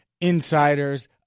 insiders